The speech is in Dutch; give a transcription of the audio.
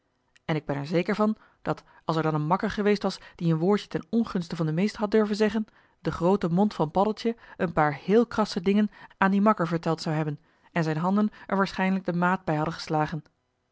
en ik ben er zeker van dat als er dan een makker geweest was die een woordje ten ongunste van den meester had durven zeggen de groote mond van paddeltje een paar heel krasse dingen aan dien makker verteld zou hebben en zijn handen er waarschijnlijk de maat bij hadden geslagen